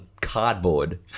cardboard